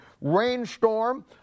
rainstorm